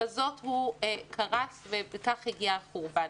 בזאת הוא קרס, וכך הגיע החורבן.